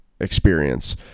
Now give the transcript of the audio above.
experience